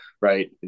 Right